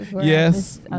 Yes